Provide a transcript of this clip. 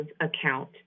account